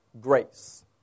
grace